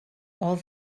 all